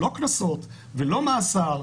לא קנסות ולא מאסר.